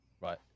right